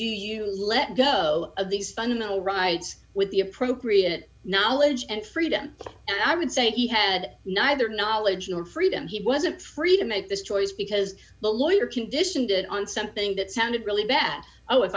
you let go of these fundamental rights with the appropriate knowledge and freedom and i would say he had neither knowledge nor freedom he wasn't free to make this choice because the lawyer conditioned it on something that sounded really bad oh if